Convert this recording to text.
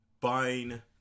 buying